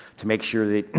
to make sure that,